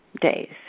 days